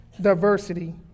diversity